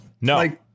No